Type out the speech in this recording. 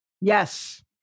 Yes